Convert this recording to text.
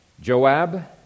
Joab